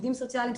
עובדים סוציאליים,